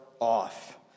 off